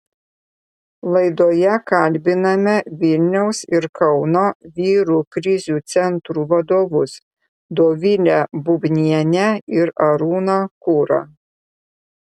laidoje kalbiname vilniaus ir kauno vyrų krizių centrų vadovus dovilę bubnienę ir arūną kurą